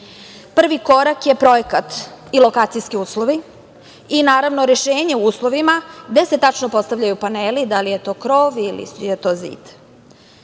Prvi korak je projekat i lokacijski uslovi i rešenje u uslovima gde se tačno postavljaju paneli, da li je to krov ili je to zid,